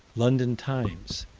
london times,